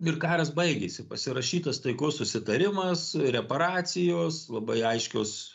ir karas baigėsi pasirašytas taikos susitarimas reparacijos labai aiškios